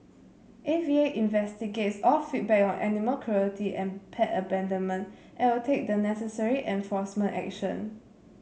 A V A investigates all feedback on animal cruelty and pet abandonment and will take the necessary enforcement action